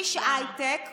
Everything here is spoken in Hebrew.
איש הייטק,